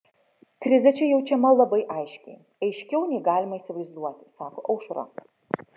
krizė čia jaučiama labai aiškiai aiškiau nei galima įsivaizduoti sako aušra